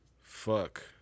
fuck